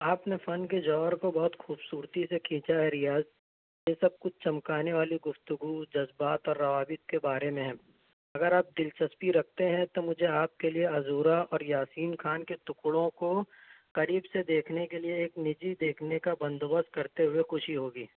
آپ نے فن کے جوہر کو بہت خوبصورتی سے کھینچا ہے ریاض یہ سب کچھ چمکانے والی گفتگو جذبات اور روابط کے بارے میں ہے اگر آپ دلچسپی رکھتے ہیں تو مجھے آپ کے لیے عزورہ اور یاسین خان کے ٹکڑوں کو قریب سے دیکھنے کے لیے ایک نجی دیکھنے کا بندوبست کرتے ہوئے خوشی ہوگی